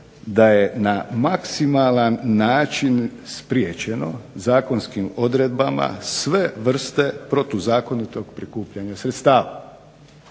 da je na maksimalan način spriječeno zakonskim odredbama sve vrste protuzakonitog prikupljanja sredstava